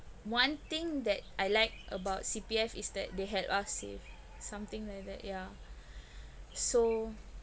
one thing that I like about C_P_F is that they had us save something like that ya so